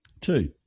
Two